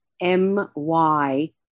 M-Y